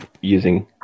using